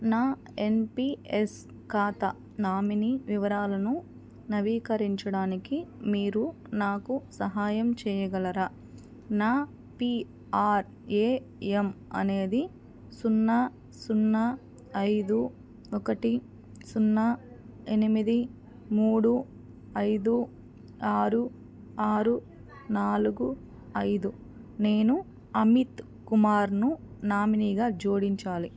నా ఎన్పియస్ ఖాత నామిని వివరాలను నవీకరించడానికి మీరు నాకు సహాయం చేయగలరా నా పిఆర్ఎఎమ్ అనేది సున్నా సున్నా ఐదు ఒకటి సున్నా ఎనిమిది మూడు ఐదు ఆరు ఆరు నాలుగు ఐదు నేను అమిత్ కుమార్ ను నామినిగా జోడించాలి